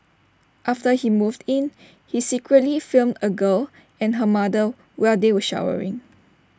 after he moved in he secretly filmed A girl and her mother while they were showering